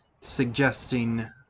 suggesting